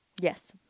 Yes